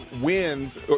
wins